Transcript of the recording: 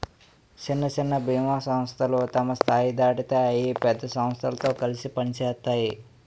సిన్న సిన్న బీమా సంస్థలు తమ స్థాయి దాటితే అయి పెద్ద సమస్థలతో కలిసి పనిసేత్తాయి